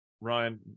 Ryan